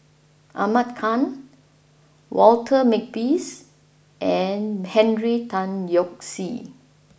Ahmad Khan Walter Makepeace and Henry Tan Yoke See